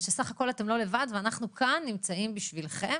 ושבסך הכול אתם לא לבד ואנחנו נמצאים כאן בשבילכם